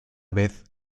vez